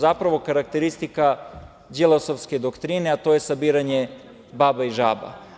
Zapravo, karakteristika Đilasovske doktrine, a to je sabiranje baba i žaba.